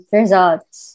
results